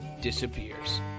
disappears